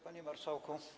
Panie Marszałku!